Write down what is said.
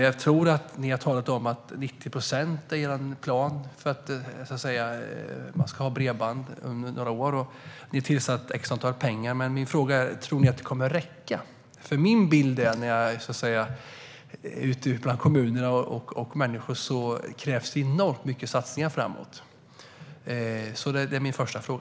Jag tror att ni har talat om att er plan är att 90 procent ska ha bredband inom några år, och ni tillsatte en viss summa pengar. Min fråga är dock: Tror ni att det kommer att räcka? Min bild efter att ha varit ute bland kommuner och människor är nämligen att det krävs enormt mycket satsningar framåt. Det är alltså min första fråga.